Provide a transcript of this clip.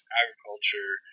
agriculture